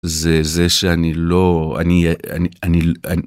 זה זה שאני לא... אני... אני... אני...